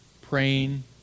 praying